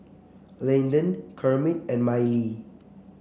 Landen Kermit and Mylie